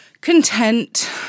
content